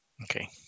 okay